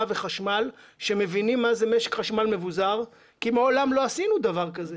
וחשמל שמבינים מה זה משק חשמל מבוזר כי מעולם לא עשינו דבר כזה.